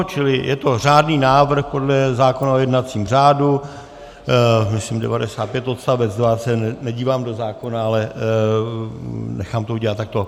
Čili je to řádný návrh podle zákona o jednacím řádu, myslím § 95 odst. 2, nedívám se do zákona, ale nechám to udělat takto.